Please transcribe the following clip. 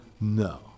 no